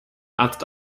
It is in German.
arzt